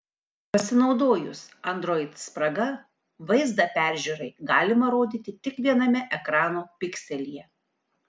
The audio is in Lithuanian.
pasinaudojus android spraga vaizdą peržiūrai galima rodyti tik viename ekrano pikselyje